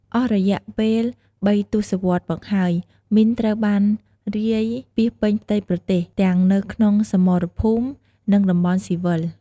អស់រយៈពេលបីទស្សវត្សមកហើយ មីនត្រូវបានរាយពាសពេញផ្ទៃប្រទេស ទាំងនៅក្នុងសមរភូមិ និងតំបន់ស៊ីវិល។